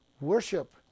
worship